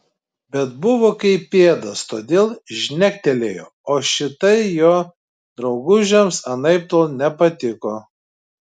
bet buvo kaip pėdas todėl žnektelėjo o šitai jo draugužiams anaiptol nepatiko